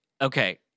Okay